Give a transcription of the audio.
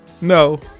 No